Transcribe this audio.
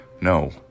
No